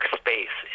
space